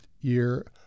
year